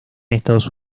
estados